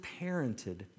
parented